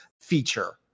feature